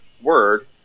word